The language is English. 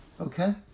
okay